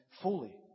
fully